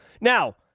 Now